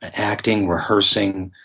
and acting, rehearsing,